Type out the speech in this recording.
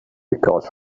because